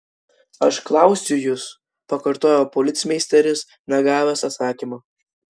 aš klausiu jus pakartojo policmeisteris negavęs atsakymo